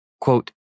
Quote